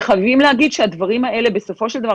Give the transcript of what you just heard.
חייבים להגיד שהדברים האלה: בסופו של דבר,